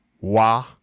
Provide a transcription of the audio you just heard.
Wah